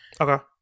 Okay